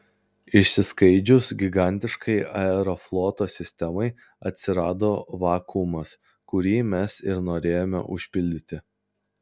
išsiskaidžius gigantiškai aerofloto sistemai atsirado vakuumas kurį mes ir norėjome užpildyti